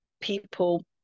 people